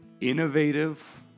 innovative